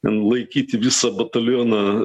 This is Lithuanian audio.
ten laikyti visą batalioną